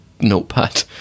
notepad